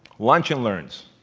lunch and learns.